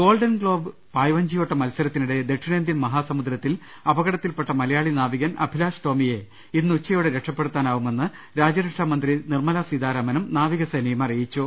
golden globe പായ്വഞ്ചിയോട്ട മത്സരത്തിനിടെ ദക്ഷിണേന്ത്യൻ മഹാ സമുദ്രത്തിൽ അപകടത്തിൽപെട്ട മലയാളി നാവികൻ അഭിലാഷ്ടോമിയെ ഇ ന്ന് ഉച്ചയോടെ രക്ഷപ്പെടുത്താനാവുമെന്ന് രാജ്യരക്ഷാ മന്ത്രി നിർമലാസീതാരാ മനും നാവിക സേനയും അറിയിച്ചു